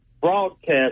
broadcast